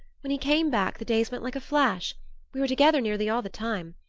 when he came back the days went like a flash we were together nearly all the time.